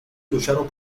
lucharon